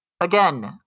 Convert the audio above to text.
Again